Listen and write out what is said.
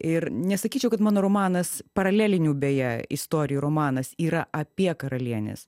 ir nesakyčiau kad mano romanas paralelinių beje istorijų romanas yra apie karalienes